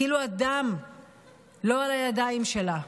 כאילו הדם לא על הידיים שלה.